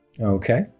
Okay